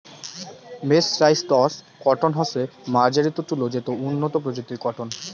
mercerised cotton হসে মার্জারিত তুলো যেটো উন্নত প্রজাতির কটন